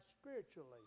spiritually